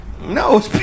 No